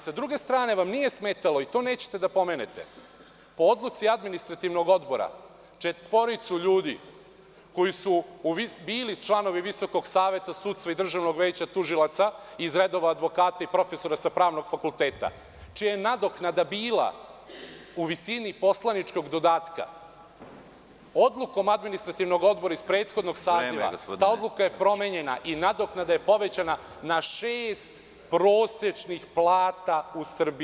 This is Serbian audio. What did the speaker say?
S druge strane vam nije smetalo i to nećete da spomenete, po Odluci Administrativnog odbora, četvoricu ljudi koji su bili članovi Visokog saveta sudstva i Državnog veća tužilaca iz redova advokatai profesora sa pravnog fakulteta, čija je nadoknada bila u visini poslaničkog dodatka. (Predsedavajući: Vreme.) Odlukom Administrativnog odbora iz prethodnog saziva ta odluka je promenjena i nadoknada je povećana na šest prosečnih plata u Srbiji.